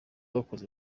bakoze